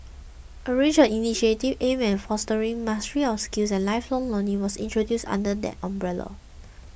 a range of initiatives aimed at fostering mastery of skills and lifelong learning was introduced under that umbrella